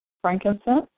frankincense